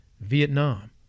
Vietnam